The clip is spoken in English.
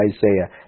Isaiah